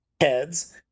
heads